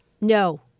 No